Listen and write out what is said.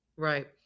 Right